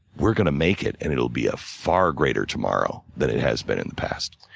we're gonna make it and it'll be a far greater tomorrow than it has been in the past.